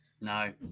No